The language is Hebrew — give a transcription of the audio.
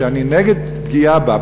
שאני נגד פגיעה בה,